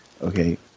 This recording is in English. Okay